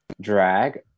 drag